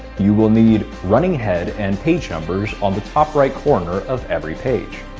you will need running head and page numbers on the top right corner of every page.